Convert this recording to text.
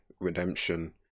redemption